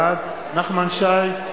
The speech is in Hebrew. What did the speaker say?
בעד נחמן שי,